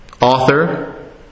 author